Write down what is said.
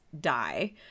die